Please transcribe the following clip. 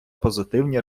позитивні